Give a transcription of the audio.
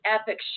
epic